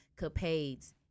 Capades